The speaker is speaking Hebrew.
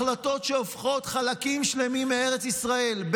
החלטות שהופכות חלקים שלמים מארץ ישראל,